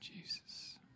Jesus